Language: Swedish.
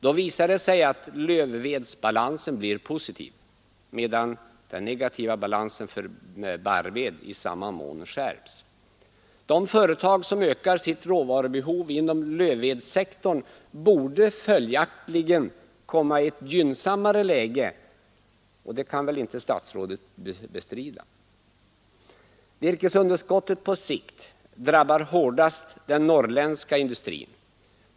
Då visar det sig att lövvedsbalansen blir positiv, medan den negativa balansen för barrved i samma mån skärps. De företag som ökar sitt råvarubehov inom lövvedssektorn borde följaktligen komma i ett gynnsammare läge, och det kan väl inte statsrådet bestrida. Virkesunderskottet på sikt drabbar hårdast den norrländska industrin.